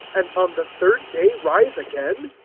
and on the third day rise again.